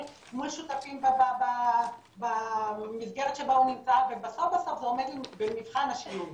מול שותפים במסגרת שבה הוא נמצא ובסוף בסוף זה עומד במבחן השינוי.